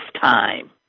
time